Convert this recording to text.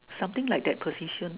something like that position